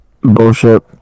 Bullshit